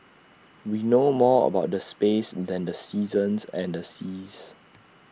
we know more about the space than the seasons and the seas